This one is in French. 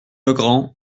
legrand